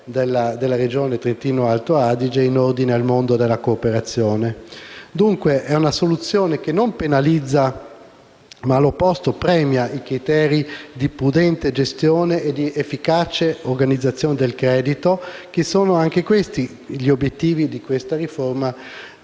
della Regione Trentino-Alto Adige in ordine al mondo della cooperazione. Dunque, si tratta di una soluzione che non penalizza, ma - all'opposto - premia i criteri di prudente gestione ed efficace organizzazione del credito, che sono - anche questi - gli obiettivi della riforma